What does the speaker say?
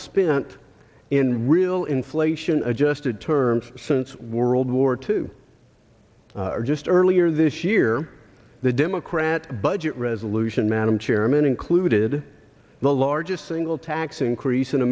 spent in real inflation adjusted terms since world war two just earlier this year the democrat budget resolution madam chairman included the largest single tax increase in